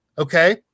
Okay